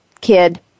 kid